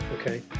okay